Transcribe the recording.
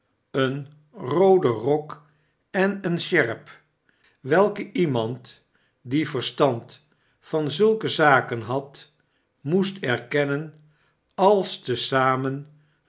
een roode rok en eene sjerp welke iemand die verstand van zulke zaken had moest erkennen als te zamen